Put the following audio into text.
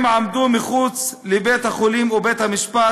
הם עמדו מחוץ לבית-החולים ובית-המשפט.